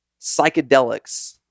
psychedelics